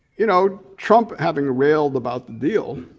you know, trump having railed about the deal,